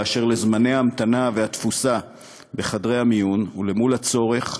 באשר לזמני ההמתנה והתפוסה בחדרי המיון למול הצורך,